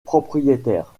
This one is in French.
propriétaire